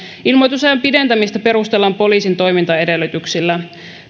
ilmoitusajan pidentämistä perustellaan poliisin toimintaedellytyksillä